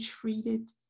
treated